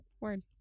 word